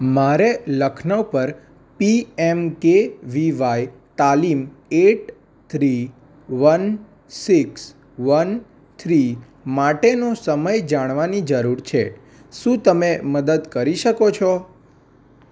મારે લખનઉ પર P M K V Y તાલીમ at three one six one three માટેનો સમય જાણવાની જરૂર છે શું તમે મદદ કરી શકો છો